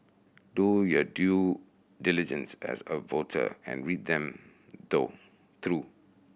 do your due diligence as a voter and read them though through